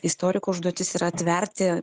istoriko užduotis yra atverti